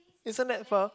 isn't that far